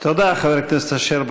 תודה, חבר הכנסת אשר.